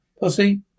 Posse